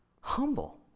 humble